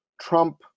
Trump